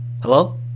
Hello